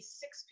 six